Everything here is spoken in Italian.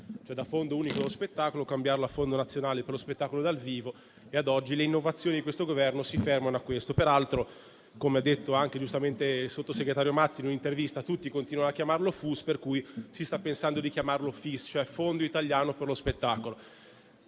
FUS, da Fondo unico dello spettacolo a Fondo nazionale per lo spettacolo dal vivo. Ad oggi le innovazioni di questo Governo si fermano a ciò. Peraltro - come ha detto anche giustamente il sottosegretario Mazzi in un'intervista - tutti continuano a chiamarlo FUS, per cui si sta pensando di chiamarlo FIS, cioè Fondo italiano per lo spettacolo.